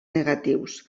negatius